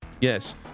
Yes